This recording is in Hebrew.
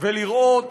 ולראות